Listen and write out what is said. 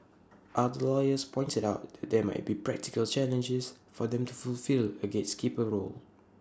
other lawyers pointed out that there might be practical challenges for them to fulfil A gatekeeper's role